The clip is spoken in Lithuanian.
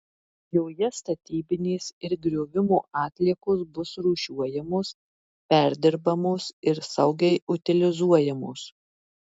joje statybinės ir griovimo atliekos bus rūšiuojamos perdirbamos ir saugiai utilizuojamos